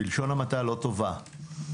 בלשון המעטה, לא טובה.